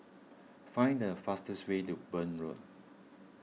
find the fastest way to Burn Road